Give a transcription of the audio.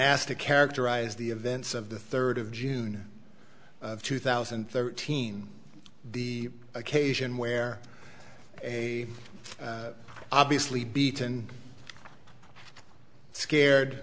asked to characterize the events of the third of june two thousand and thirteen the occasion where a obviously beaten scared